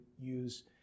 use